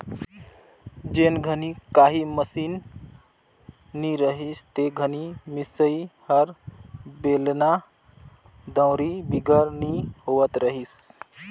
जेन घनी काही मसीन नी रहिस ते घनी मिसई हर बेलना, दउंरी बिगर नी होवत रहिस